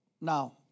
Now